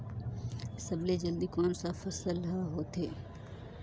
सबले जल्दी कोन सा फसल ह होथे?